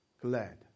glad